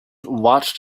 watched